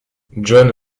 john